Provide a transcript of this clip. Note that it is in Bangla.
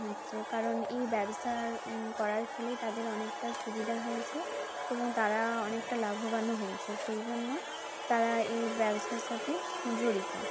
হচ্ছে কারণ এই ব্যবসার করার ফলে তাদের অনেকটা সুবিধা হয়েছে এবং তারা অনেকটা লাভবানও হয়েছে সেই জন্য তারা এই ব্যবসার সাথে জড়িত